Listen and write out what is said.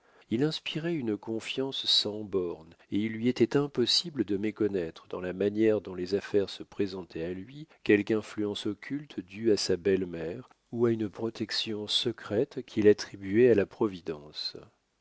il inspirait une confiance sans bornes et il lui était impossible de méconnaître dans la manière dont les affaires se présentaient à lui quelque influence occulte due à sa belle-mère ou à une protection secrète qu'il attribuait à la providence